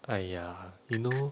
!aiya! you know